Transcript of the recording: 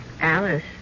Alice